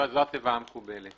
זו התיבה המקובלת.